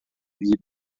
vida